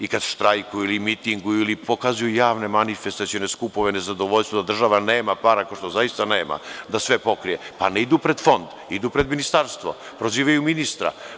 I kad štrajkuju ili mitinguju, ili pokazuju javne manifestacione skupove nezadovoljstva da država nema para, kao što zaista nema, da sve pokrije, ali ne idu pred Fond, idu pred Ministarstvo, prozivaju ministra.